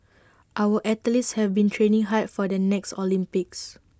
our athletes have been training hard for the next Olympics